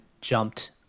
jumped